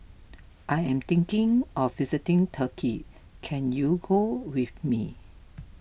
I am thinking of visiting Turkey can you go with me